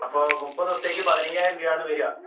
അപ്പോൾ മൂപ്പത് ദിവസത്തേക്ക് പതിനയ്യായിരം രൂപയാണ് വരുക